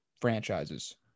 franchises